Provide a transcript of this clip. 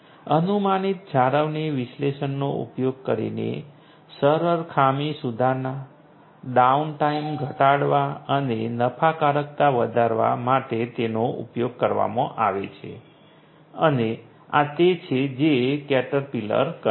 અનુમાનિત જાળવણી વિશ્લેષણનો ઉપયોગ કરીને સરળ ખામી સુધારણા ડાઉનટાઇમ ઘટાડવા અને નફાકારકતા વધારવા માટે તેનો ઉપયોગ કરવામાં આવે છે અને આ તે છે જે કેટરપિલર કરે છે